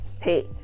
hey